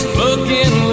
looking